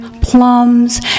plums